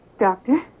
doctor